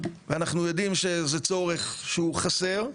ואנחנו יודעים שזה צורך שהוא חסר,